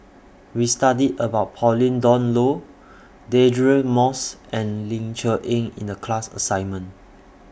We studied about Pauline Dawn Loh Deirdre Moss and Ling Cher Eng in The class assignment